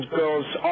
girl's